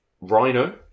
Rhino